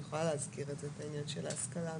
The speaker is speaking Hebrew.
אני יכולה להזכיר את העניין של ההשכלה הגבוהה.